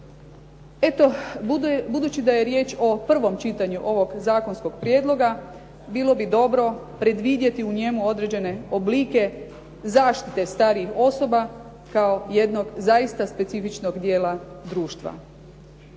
Evo budući da je riječ o prvom čitanju ovoga zakonskog prijedloga bilo bi dobro predvidjeti u njemu određene oblike zaštite starijih osoba kao jednog zaista specifičnog dijela društva.